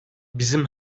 bizim